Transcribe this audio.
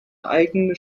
eigene